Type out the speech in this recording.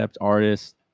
artist